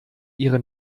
ihre